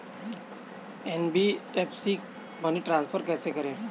NBFC से money transfer कैसे करें?